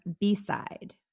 B-Side